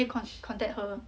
eh con~ contact her